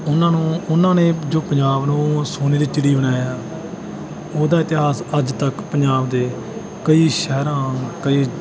ਉਹਨਾਂ ਨੂੰ ਉਹਨਾਂ ਨੇ ਜੋ ਪੰਜਾਬ ਨੂੰ ਸੋਨੇ ਦੀ ਚਿੜੀ ਬਣਾਇਆ ਉਹਦਾ ਇਤਿਹਾਸ ਅੱਜ ਤੱਕ ਪੰਜਾਬ ਦੇ ਕਈ ਸ਼ਹਿਰਾਂ ਕਈ